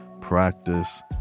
practice